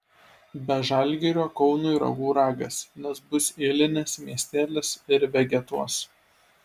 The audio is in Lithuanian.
be žalgirio kaunui ragų ragas nes bus eilinis miestelis ir vegetuos